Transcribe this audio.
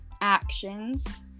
actions